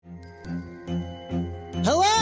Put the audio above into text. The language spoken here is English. Hello